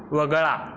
वगळा